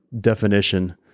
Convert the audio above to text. definition